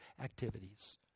activities